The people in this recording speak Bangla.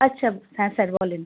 আচ্ছা হ্যাঁ স্যার বলেন